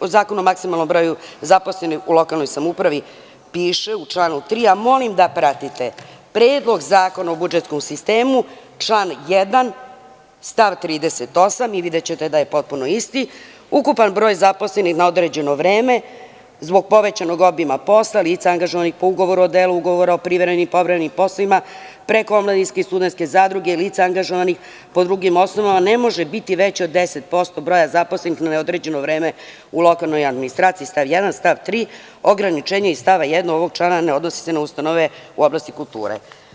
u Zakonu o maksimalnom broju zaposlenih u lokalnoj samoupravi u članu 3. piše, molim da pratite, Predlog zakona o budžetskom sistemu, član 1, stav 38. i videćete da je potpuno isti, ukupan broj zaposlenih na određeno vreme zbog povećanog obima posla lica angažovanih po ugovoru o delu, ugovoru o privremenim i povremenim poslovima, preko omladinske i studentske zadruge, lica angažovanih po drugim osnovama, ne može biti veći od 10% od broja zaposlenih na neodređeno vreme u lokalnoj administraciji, stav 1, stav 3. ograničenje iz stava 1. ovog člana ne odnosi se na ustanove u oblasti kulture.